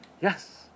yes